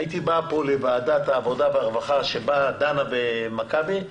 הייתי בא לוועדת העבודה והרווחה שדנה במכבי,